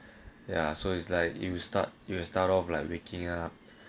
ya so it's like you start you will start off like waking up